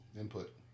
input